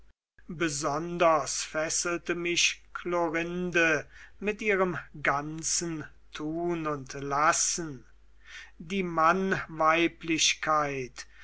besonders fesselte mich chlorinde mit ihrem ganzen tun und lassen die